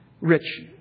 rich